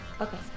Okay